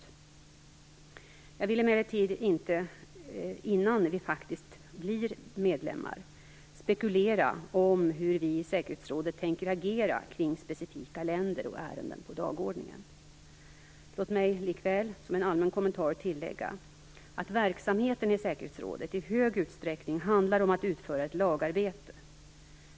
Innan vi faktiskt blir medlemmar vill jag emellertid inte spekulera om hur vi i äkerhetsrådet tänker agera kring specifika länder och ärenden på dagordningen. Låt mig likväl som en allmän kommentar tillägga att verksamheten i säkerhetsrådet i stor utsträckning handlar om att utföra ett lagarbete.